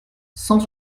cent